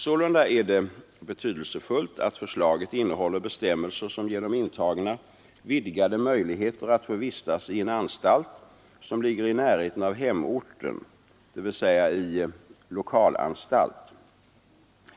Sålunda är det betydelsefullt att förslaget innehåller bestämmelser som ger de intagna vidgade möjligheter att få vistas i en anstalt som ligger i närheten av hemorten, dvs. i lokalanstalt.